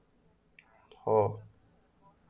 orh